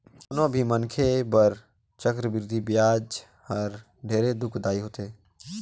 कोनो भी मनखे बर चक्रबृद्धि बियाज हर ढेरे दुखदाई होथे